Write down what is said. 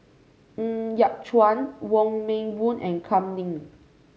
Ng Yat Chuan Wong Meng Voon and Kam Ning